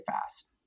fast